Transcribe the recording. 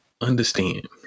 understand